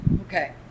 okay